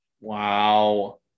Wow